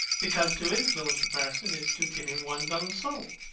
because to influence a person is to give him one's own soul.